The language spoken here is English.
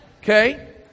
Okay